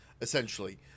essentially